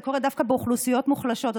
זה קורה דווקא לאוכלוסיות מוחלשות,